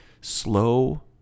slow